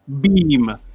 beam